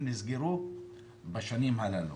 נסגרו בשנים הללו.